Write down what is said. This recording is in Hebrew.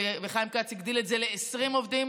וחיים כץ הגדיל את זה ל-20 עובדים,